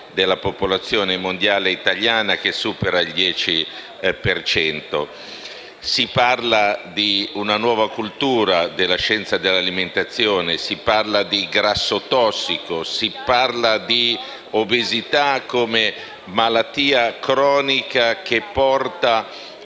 della popolazione italiana che supera il 10 per cento. Si parla di una nuova cultura della scienza dell'alimentazione, di grasso tossico, di obesità come malattia cronica che porta